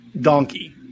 donkey